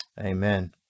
amen